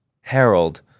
Harold